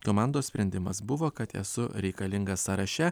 komandos sprendimas buvo kad esu reikalingas sąraše